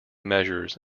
measures